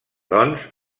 doncs